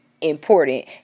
Important